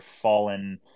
fallen